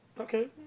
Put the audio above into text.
Okay